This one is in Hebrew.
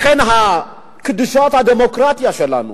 לכן קדושת הדמוקרטיה שלנו,